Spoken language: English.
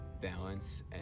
balance